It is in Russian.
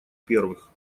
первых